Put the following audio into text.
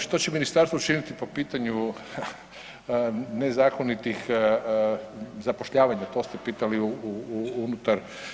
Što će ministarstvo učiniti po pitanju nezakonitih zapošljavanja, to ste pitali unutar.